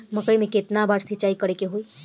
मकई में केतना बार सिंचाई करे के होई?